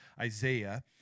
Isaiah